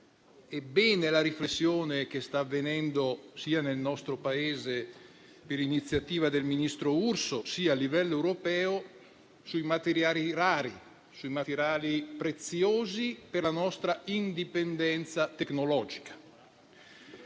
Ebbene, la riflessione sta avvenendo sia nel nostro Paese, per iniziativa del ministro Urso, sia a livello europeo, sui materiali rari, sui materiali preziosi per la nostra indipendenza tecnologica.